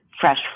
fresh